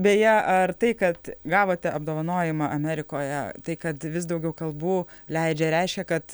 beje ar tai kad gavote apdovanojimą amerikoje tai kad vis daugiau kalbų leidžia reiškia kad